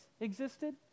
existed